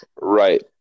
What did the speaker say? Right